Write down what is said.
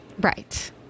right